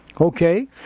Okay